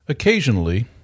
Occasionally